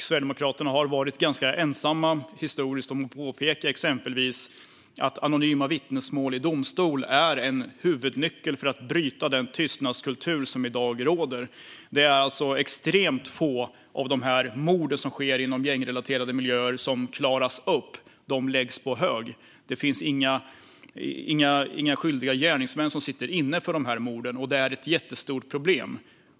Sverigedemokraterna har historiskt varit ensamma om att exempelvis påpeka att anonyma vittnesmål i domstol är en huvudnyckel för att bryta den tystnadskultur som i dag råder. Det är alltså extremt få av de mord som sker inom gängrelaterade miljöer som klaras upp, utan de läggs på hög. Det finns inga skyldiga gärningsmän som sitter inne för morden, och det är ett jättestort problem.